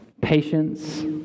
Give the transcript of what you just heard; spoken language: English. patience